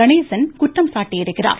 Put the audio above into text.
கணேசன் குற்றம் சாட்டியிருக்கிறார்